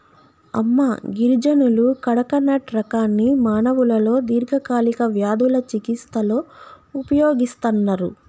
అమ్మి గిరిజనులు కడకనట్ రకాన్ని మానవులలో దీర్ఘకాలిక వ్యాధుల చికిస్తలో ఉపయోగిస్తన్నరు